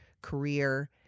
career